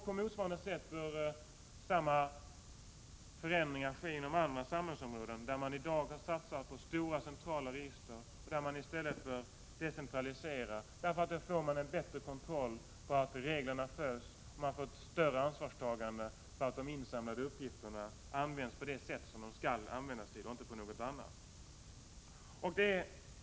På motsvarande sätt bör samma förändringar ske inom andra samhällsområden där man i dag har satsat på stora centrala register och där man i stället bör decentralisera, därför att man då får en bättre kontroll över att reglerna följs och ett större ansvarstagande då det gäller att de insamlade uppgifterna används på det sätt som de skall användas på och inte på något annat sätt.